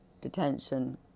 detention